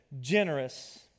generous